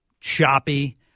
choppy